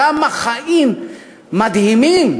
כמה חיים מדהימים.